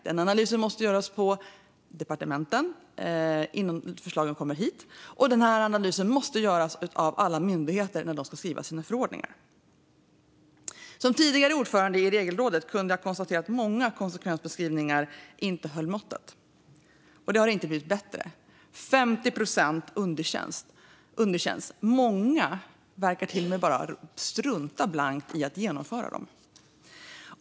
Den analysen måste göras på departementen innan förslagen kommer hit. Analysen måste också göras av alla myndigheter när de ska skriva sina förordningar. Som tidigare ordförande i Regelrådet kunde jag konstatera att många konsekvensbeskrivningar inte höll måttet, och det har inte blivit bättre. 50 procent underkänns, och många verkar till och med bara strunta blankt i att genomföra dem.